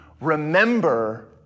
remember